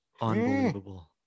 Unbelievable